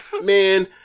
man